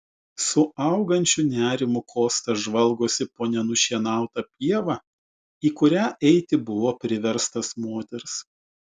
su augančiu nerimu kostas žvalgosi po nenušienautą pievą į kurią eiti buvo priverstas moters